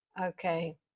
okay